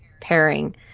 pairing